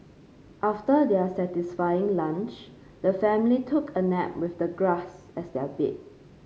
after their satisfying lunch the family took a nap with the grass as their bed